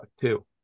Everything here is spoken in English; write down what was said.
Two